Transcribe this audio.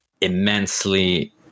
immensely